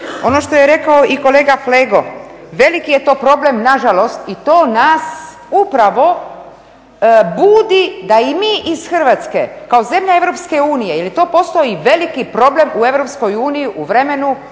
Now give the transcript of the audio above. Ono što je rekao i kolega Flego veliki je to problem, nažalost, i to nas upravo budi da i mi iz Hrvatske kao zemlja EU jer je to postao i veliki problem u EU u vremenu